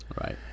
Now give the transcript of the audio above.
right